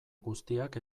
guztiak